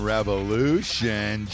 Revolution